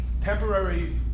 Temporary